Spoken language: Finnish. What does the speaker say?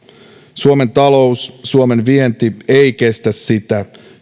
suomen talous suomen vienti eivät kestä sitä